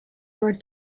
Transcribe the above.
your